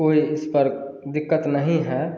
कोई इस पर दिक्कत नहीं है